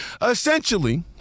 Essentially